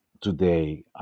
today